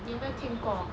你有没有听过